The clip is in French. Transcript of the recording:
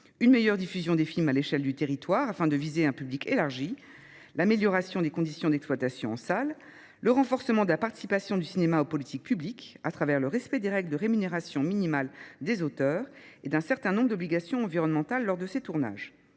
une meilleure diffusion des films à l’échelle du territoire afin de viser un public élargi, l’amélioration des conditions d’exploitation en salle, le renforcement de la participation du cinéma aux politiques publiques, à travers le respect des règles de rémunération minimale des auteurs et de certaines obligations environnementales lors des tournages,